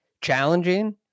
challenging